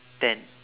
ten